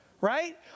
right